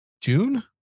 June